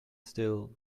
still